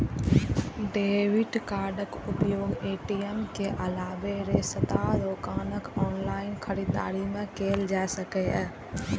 debit कार्डक उपयोग ATM के अलावे रेस्तरां, दोकान, ऑनलाइन खरीदारी मे कैल जा सकैए